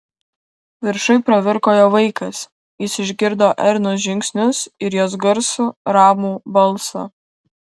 viršuj pravirko jo vaikas jis išgirdo ernos žingsnius ir jos garsų ramų balsą